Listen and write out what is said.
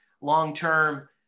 long-term